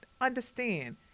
understand